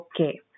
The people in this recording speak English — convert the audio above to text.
Okay